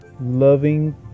loving